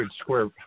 square